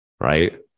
right